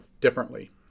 differently